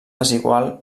desigual